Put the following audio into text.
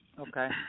okay